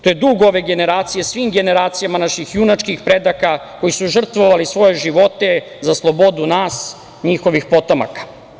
To je dug ove generacije svim generacijama naših junačkih predaka koji su žrtvovali svoje živote za slobodu nas, njihovih potomaka.